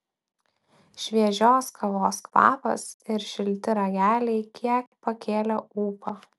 šviežios kavos kvapas ir šilti rageliai kiek pakėlė ūpą